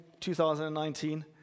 2019